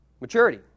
Maturity